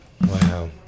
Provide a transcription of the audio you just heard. Wow